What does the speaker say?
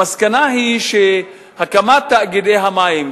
המסקנה היא שהקמת תאגידי המים,